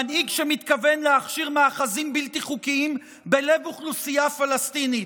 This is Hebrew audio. מנהיג שמתכוון להכשיר מאחזים בלתי חוקיים בלב אוכלוסייה פלסטינית,